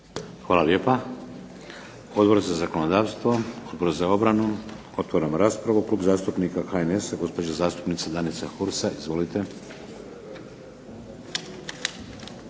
Hvala lijepa. Odbor za zakonodavstvo? Odbor za obranu? Otvaram raspravu. Klub zastupnika HNS-a, gospođa zastupnica Danica Hursa. Izvolite.